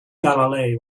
galilei